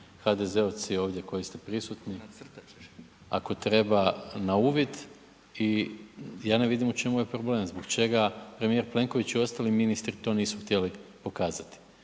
HDZ-ovci ovdje koji ste prisutni ako treba na uvid i ja ne vidim u čemu je problem, zbog čega premijer Plenković i ostali ministri to nisu htjeli to pokazati.